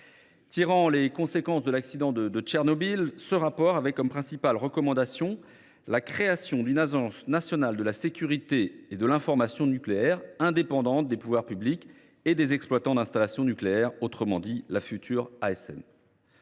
Tirant les conséquences de l’accident de Tchernobyl, ce rapport avait comme principale recommandation la création d’une « agence nationale de la sécurité et de l’information nucléaires », indépendante des pouvoirs publics et des exploitants d’installations nucléaires, autrement dit la future ASN.